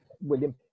william